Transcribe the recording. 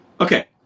Okay